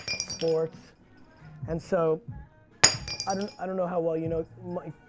sports and so i don't i don't know how well you know mike.